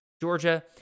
Georgia